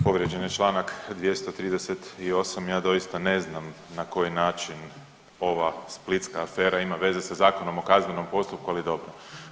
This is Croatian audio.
Povrijeđen je čl. 238. ja doista ne znam na koji način ova splitska afera ima veze sa Zakonom o kaznenom postupku, ali dobro.